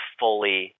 fully